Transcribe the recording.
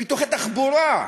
פיתוחי תחבורה,